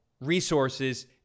resources